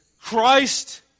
Christ